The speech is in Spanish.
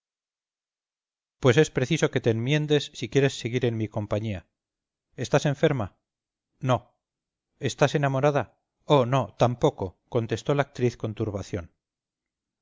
pues es preciso que te enmiendes si quieres seguir en mi compañía estás enferma no estás enamorada oh no tampoco contestó la actriz con turbación